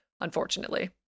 unfortunately